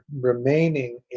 remaining